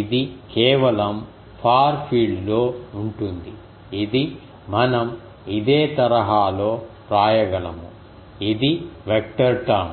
ఇది కేవలం far field లో ఉంటుంది ఇది మనం ఇదే తరహాలో వ్రాయగలము ఇది వెక్టర్ టర్మ్